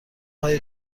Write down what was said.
های